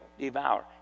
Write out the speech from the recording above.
devour